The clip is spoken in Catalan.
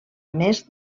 més